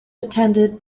attended